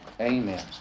Amen